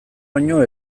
baino